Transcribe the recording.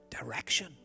direction